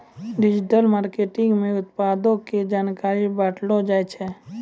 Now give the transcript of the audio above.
digital marketing मे उत्पादो के जानकारी बांटलो जाय छै